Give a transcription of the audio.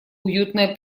уютное